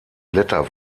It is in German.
blätter